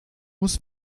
muss